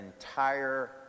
entire